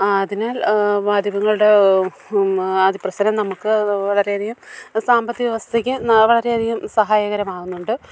അതിന് മാധ്യമങ്ങളുടെ അധിപ്രസരം നമുക്ക് വളരെയധികം സാമ്പത്തികാവസ്ഥയ്ക്ക് വളരെയധികം സഹായകരമാവുന്നുണ്ട്